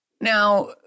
Now